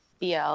BL